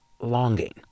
longing